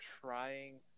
trying